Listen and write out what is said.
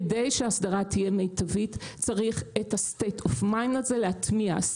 כדי שהאסדרה תהיה מיטבית צריך את המצב התודעתי הזה להטמיע.